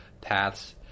paths